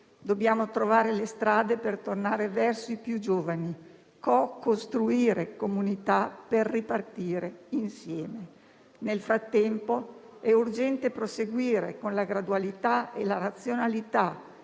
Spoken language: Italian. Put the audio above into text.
Dobbiamo trovare le strade per tornare verso i più giovani, co-costruire comunità per ripartire insieme. Nel frattempo è urgente proseguire con la gradualità e la razionalità